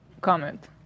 comment